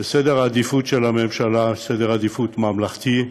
לסדר העדיפות של הממשלה, סדר עדיפות ממלכתי,